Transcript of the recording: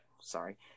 sorry